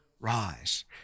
Rise